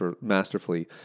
masterfully